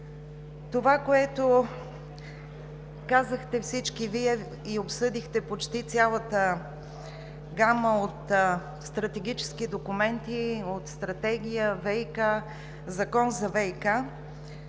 Това, което казахте всички Вие – обсъдихте почти цялата гама от стратегически документи от Стратегия, ВиК, Закон за ВиК,